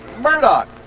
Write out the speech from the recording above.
Murdoch